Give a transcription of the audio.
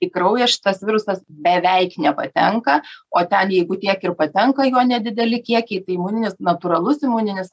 į kraują šitas virusas beveik nepatenka o ten jeigu tiek ir patenka jo nedideli kiekiai tai imuninis natūralus imuninis